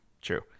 true